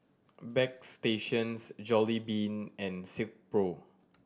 Bagstationz Jollibean and Silkpro